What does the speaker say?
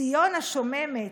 / ציון השוממת,